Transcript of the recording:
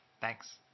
Thanks